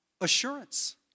assurance